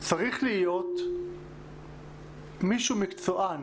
צריך להיות מישהו מקצוען